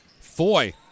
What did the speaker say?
Foy